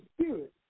spirit